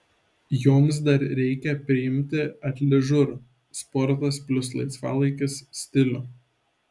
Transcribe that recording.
joms dar reikia priimti atližur sportas plius laisvalaikis stilių